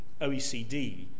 OECD